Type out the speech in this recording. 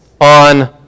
on